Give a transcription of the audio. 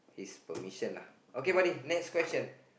his permission lah okay buddy next question